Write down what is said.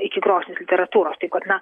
iki grožinės literatūros taip kad na